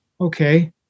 okay